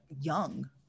young